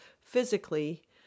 physically